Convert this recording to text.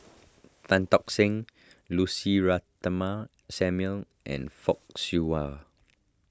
Tan Tock Seng Lucy Ratnammah Samuel and Fock Siew Wah